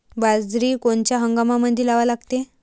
बाजरी कोनच्या हंगामामंदी लावा लागते?